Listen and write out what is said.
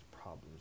problems